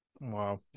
Wow